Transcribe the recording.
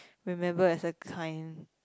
remembered as a kind